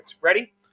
Ready